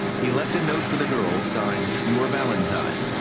he left a note for the girl signed your valentine.